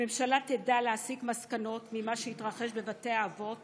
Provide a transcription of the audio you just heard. הממשלה תדע להסיק מסקנות ממה שהתרחש בבתי האבות